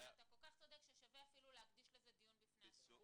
אבל אתה כל כך צודק ששווה אפילו להקדיש לזה דיון בפני עצמו.